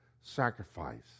sacrifice